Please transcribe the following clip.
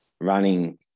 running